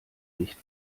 nicht